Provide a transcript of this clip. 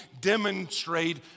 Demonstrate